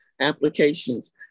Applications